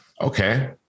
Okay